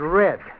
red